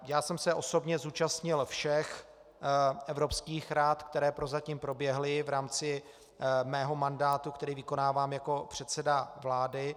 Já jsem se osobně zúčastnil všech Evropských rad, které prozatím proběhly v rámci mého mandátu, který vykonávám jako předseda vlády.